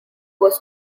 was